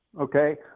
Okay